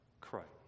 Christ